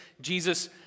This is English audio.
Jesus